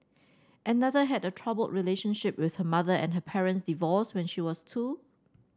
another had a troubled relationship with her mother and her parents divorced when she was two